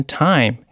time，